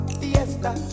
fiesta